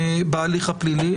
בהליך הפלילי,